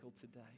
today